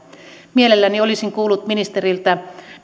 mielelläni olisin kuullut ministeriltä